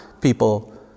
people